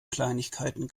kleinigkeiten